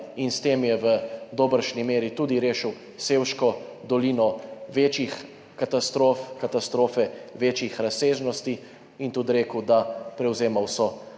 in s tem je v dobršni meri tudi rešil Selško dolino katastrofe večjih razsežnosti in tudi rekel, da prevzema vso,